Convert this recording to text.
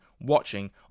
watching